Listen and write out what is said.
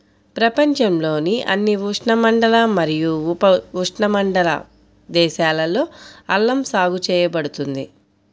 ప్రపంచంలోని అన్ని ఉష్ణమండల మరియు ఉపఉష్ణమండల దేశాలలో అల్లం సాగు చేయబడుతుంది